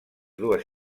dues